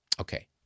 Okay